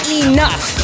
enough